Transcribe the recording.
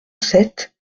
sept